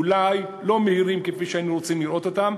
אולי לא מהירים כפי שהיינו רוצים לראות אותם,